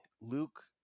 Luke